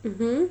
mmhmm